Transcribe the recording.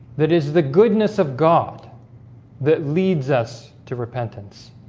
that is the goodness of god that leads us to repentance